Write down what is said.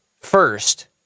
first